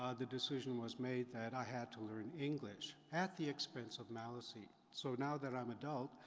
ah the decision was made that i had to learn english, at the expense of maliseet. so now that i'm adult,